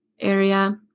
area